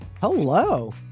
Hello